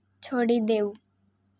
છોડી દેવું